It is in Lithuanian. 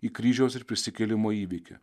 į kryžiaus ir prisikėlimo įvykį